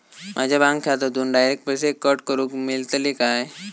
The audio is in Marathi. माझ्या बँक खात्यासून डायरेक्ट पैसे कट करूक मेलतले काय?